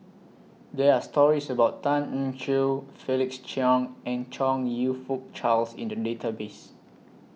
There Are stories about Tan Eng Joo Felix Cheong and Chong YOU Fook Charles in The Database